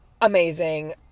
Amazing